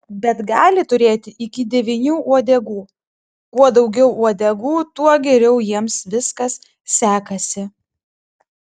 bet gali turėti iki devynių uodegų kuo daugiau uodegų tuo geriau jiems viskas sekasi